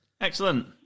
Excellent